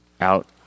out